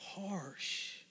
harsh